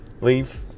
leave